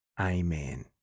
Amen